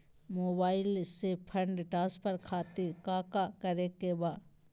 Mobile से fund transfer खातिर काका करे के बा?